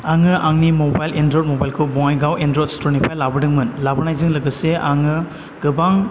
आङो आंनि mobile android मबाइलखौ बङाइगाव एन्द्रइद स्टरनिफ्राय लाबोदोंमोन लाबोनायजों लोगोसे आङो गोबां